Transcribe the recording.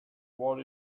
war